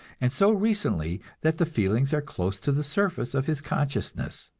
and so recently that the feelings are close to the surface of his consciousness.